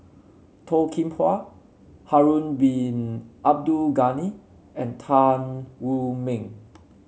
Toh Kim Hwa Harun Bin Abdul Ghani and Tan Wu Meng